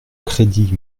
crédit